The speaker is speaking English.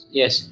yes